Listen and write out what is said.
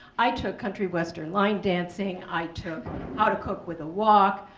i took country western line dancing, i took how to cook with a wok,